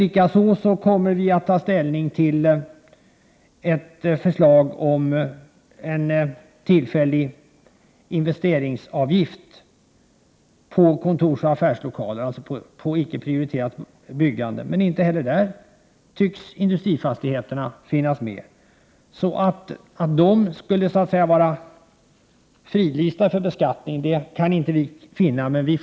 Likaså kommer vi att få ta ställning till ett förslag om en tillfällig investeringsavgift på kontorsoch affärslokaler, alltså på icke prioriterat byggande, och att industrifastigheterna inte heller därvid är medtagna. Vi kan inte finna att dessa fastigheter bör vara fridlysta i beskattningssammanhang. Vi får återkomma i den frågan.